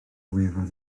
wefan